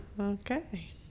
Okay